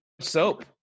soap